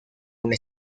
una